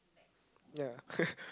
yeah